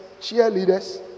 cheerleaders